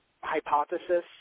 hypothesis